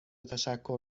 تشکر